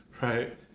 right